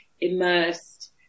immersed